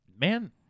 man